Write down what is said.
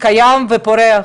קיים ופורח,